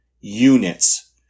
units